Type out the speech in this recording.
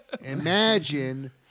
Imagine